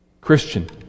Christian